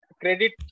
credit